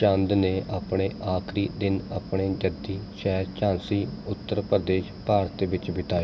ਚੰਦ ਨੇ ਆਪਣੇ ਆਖਰੀ ਦਿਨ ਆਪਣੇ ਜੱਦੀ ਸ਼ਹਿਰ ਝਾਂਸੀ ਉੱਤਰ ਪ੍ਰਦੇਸ਼ ਭਾਰਤ ਵਿੱਚ ਬਿਤਾਏ